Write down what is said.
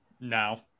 now